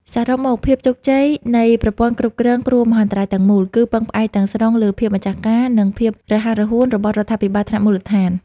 សរុបមក ភាពជោគជ័យនៃប្រព័ន្ធគ្រប់គ្រងគ្រោះមហន្តរាយទាំងមូល គឺពឹងផ្អែកទាំងស្រុងលើភាពម្ចាស់ការ និងភាពរហ័សរហួនរបស់រដ្ឋាភិបាលថ្នាក់មូលដ្ឋាន។